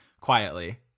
quietly